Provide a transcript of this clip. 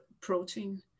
protein